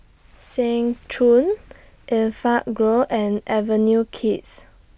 Seng Choon Enfagrow and Avenue Kids